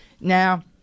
Now